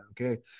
okay